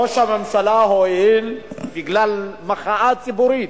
ראש הממשלה הואיל, בגלל מחאה ציבורית,